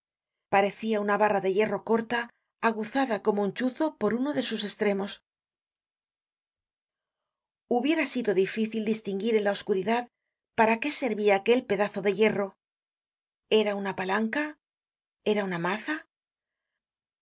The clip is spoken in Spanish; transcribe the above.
parecia una barra de hierro corta aguzada como un chuzo por uno de sus estremos hubiera sido difícil distinguir en la oscuridad para qué servia aquel pedazo de hierro era una palanca era una maza